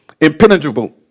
Impenetrable